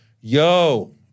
yo